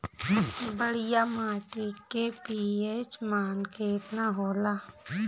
बढ़िया माटी के पी.एच मान केतना होला?